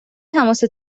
تماس